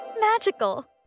magical